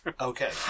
Okay